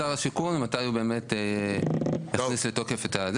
זה תלוי בשר השיכון ומתי הוא באמת יכניס לתוקף את ---.